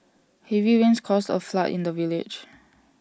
heavy rains caused A flood in the village